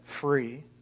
free